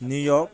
New York